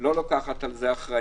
לא לוקחת על זה אחריות